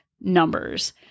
numbers